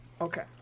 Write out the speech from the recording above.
Okay